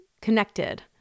connected